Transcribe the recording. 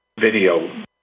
video